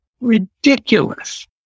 Ridiculous